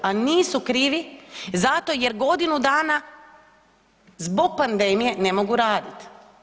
A nisu krivi zato jer godinu dana zbog pandemije ne mogu raditi.